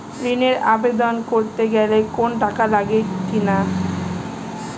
ঋণের আবেদন করতে গেলে কোন টাকা লাগে কিনা?